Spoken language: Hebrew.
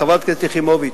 חברת הכנסת יחימוביץ,